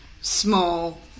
small